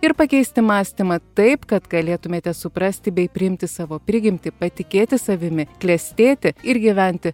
ir pakeisti mąstymą taip kad galėtumėte suprasti bei priimti savo prigimtį patikėti savimi klestėti ir gyventi